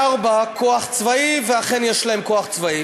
והרביעי: כוח צבאי, ואכן יש להם כוח צבאי.